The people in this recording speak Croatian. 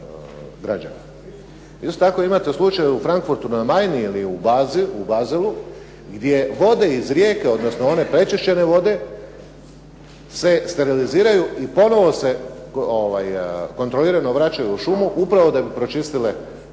tako imate slučaj u Frankfurtu na Maini ili u Basselu gdje vode iz rijeke odnosno one pročišćene vode se steriliziraju i ponovno se kontrolirano vraćaju u šumu upravo da bi pročistile tu